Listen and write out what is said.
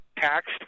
taxed